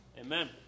amen